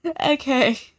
Okay